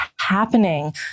happening